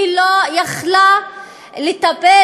היא לא יכלה לטפל